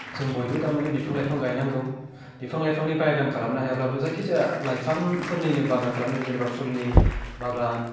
जों बयबो तारमाने बिफां लाइफां गायनांगौ बिफां लाइफांनि बागान खालामनो हायाब्लाबो जायखिजाया लाइफांफोरनिनो बागान खालामनांगौ जेनेबा फुलनि बागान